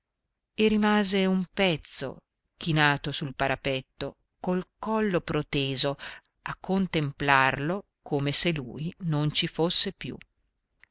e rimase un pezzo chinato sul parapetto col collo proteso a contemplarlo come se lui non ci fosse più